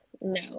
no